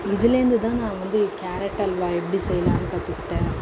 இதுலந்து தான் நான் வந்து கேரட் அல்வா எப்படி செய்யலான்னு கற்றுகிட்டன்